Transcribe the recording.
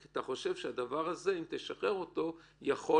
כי אתה חושב שאם תשחרר את הדבר הזה, זה יכול